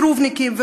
סירובניקים,